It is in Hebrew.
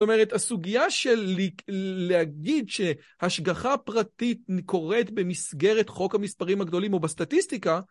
זאת אומרת, הסוגיה של להגיד שהשגחה פרטית קורית במסגרת חוק המספרים הגדולים או בסטטיסטיקה